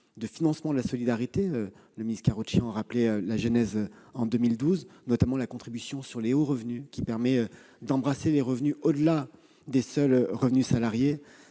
de financement de la solidarité- M. Karoutchi en rappelait la genèse de 2012 -, notamment la contribution sur les hauts revenus, qui permet d'embrasser les revenus au-delà des seuls revenus salariés.